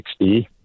60